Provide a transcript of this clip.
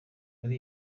muri